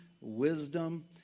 wisdom